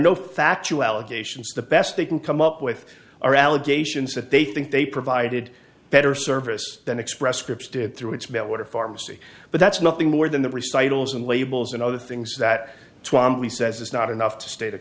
factual allegations the best they can come up with are allegations that they think they provided better service than express scripts did through its mail order pharmacy but that's nothing more than the recycles and labels and other things that twomey says it's not enough to sta